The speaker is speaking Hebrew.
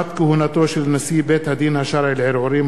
(תקופת כהונתו של נשיא בית-הדין השרעי לערעורים),